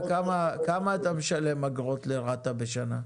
כמה אתה משלם אגרות לרת"א בשנה?